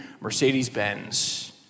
Mercedes-Benz